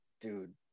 dude